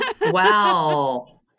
Wow